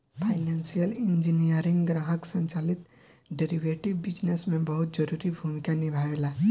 financial engineering ग्राहक संचालित derivative business में बहुत जरूरी भूमिका निभावेला